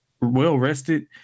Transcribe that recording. well-rested